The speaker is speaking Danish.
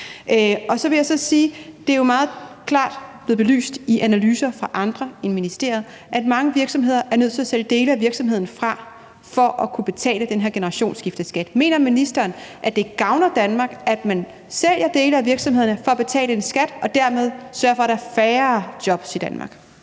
blevet meget klart belyst i analyser af andre end ministeriet, at mange virksomheder er nødt til at sælge dele af virksomheden fra for at kunne betale den her generationsskifteskat, så mener ministeren, at det gavner Danmark, at man sælger dele af virksomhederne for at betale en skat og dermed sørger for, at der er færre jobs i Danmark?